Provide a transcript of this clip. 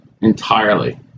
entirely